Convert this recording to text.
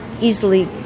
easily